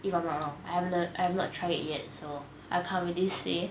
if I'm not wrong I'm the I have not try it yet so I can't really say